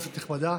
כנסת נכבדה,